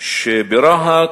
שברהט